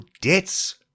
debts